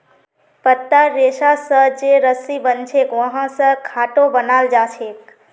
पत्तार रेशा स जे रस्सी बनछेक वहा स खाटो बनाल जाछेक